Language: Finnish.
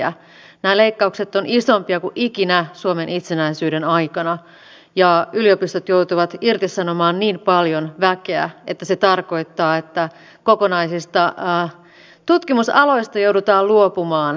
nämä leikkaukset ovat isompia kuin ikinä suomen itsenäisyyden aikana ja yliopistot joutuvat irtisanomaan niin paljon väkeä että se tarkoittaa että kokonaisista tutkimusaloista joudutaan luopumaan